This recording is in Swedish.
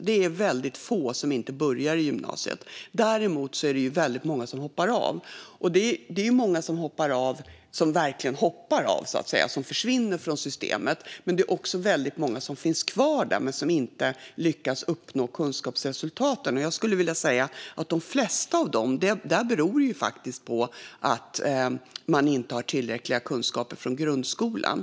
Det är väldigt få som inte gör det. Däremot är det många som hoppar av. Många av dem hoppar verkligen av och försvinner från systemet. Det är också många som finns kvar men som inte lyckas uppnå kunskapsresultaten. I de flesta fall beror det på att de inte har tillräckliga kunskaper från grundskolan.